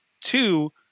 two